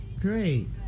Great